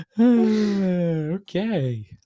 Okay